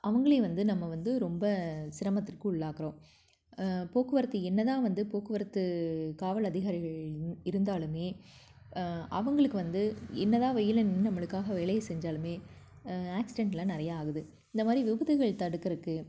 அவங்களையும் வந்து நம்ம வந்து ரொம்ப சிரமத்திற்கு உள்ளாக்கிறோம் போக்குவரத்து என்ன தான் வந்து போக்குவரத்து காவல் அதிகாரிகள் இன் இருந்தாலுமே அவங்களுக்கு வந்து என்ன தான் வெயிலில் நின்று நம்மளுக்காக வேலையை செஞ்சாலுமே ஆக்சிடென்டெலாம் நிறையா ஆகுது இந்த மாதிரி விபத்துகள் தடுக்கிறக்கு